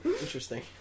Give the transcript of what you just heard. Interesting